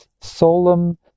solemn